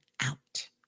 out